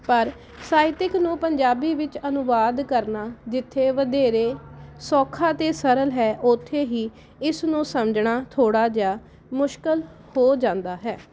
ਪਰ ਸਾਹਿਤਿਕ ਨੂੰ ਪੰਜਾਬੀ ਵਿੱਚ ਅਨੁਵਾਦ ਕਰਨਾ ਜਿੱਥੇ ਵਧੇਰੇ ਸੌਖਾ ਅਤੇ ਸਰਲ ਹੈ ਉਥੇ ਹੀ ਇਸ ਨੂੰ ਸਮਝਣਾ ਥੋੜ੍ਹਾ ਜਿਹਾ ਮੁਸ਼ਕਲ ਹੋ ਜਾਂਦਾ ਹੈ